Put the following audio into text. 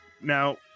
Now